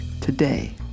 today